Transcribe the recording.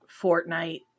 Fortnite